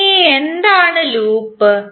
ഇനി എന്താണ് ലൂപ്പ്